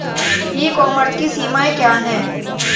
E commerce की सीमाएं क्या हैं?